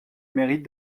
mérite